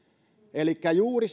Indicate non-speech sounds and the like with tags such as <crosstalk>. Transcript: elikkä juuri <unintelligible>